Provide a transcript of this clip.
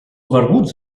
barbuts